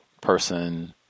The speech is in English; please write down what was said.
person